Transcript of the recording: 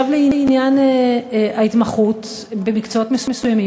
לעניין ההתמחות במקצועות מסוימים.